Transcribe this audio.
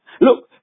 Look